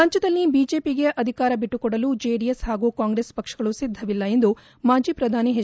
ರಾಜ್ಞದಲ್ಲಿ ಬಿಜೆಪಿಗೆ ಅಧಿಕಾರ ಬಿಟ್ಟುಕೊಡಲು ಜೆಡಿಎಸ್ ಹಾಗೂ ಕಾಂಗ್ರೆಸ್ ಪಕ್ಷಗಳು ಸಿದ್ದವಿಲ್ಲ ಎಂದು ಮಾಜಿ ಪ್ರಧಾನಿ ಎಚ್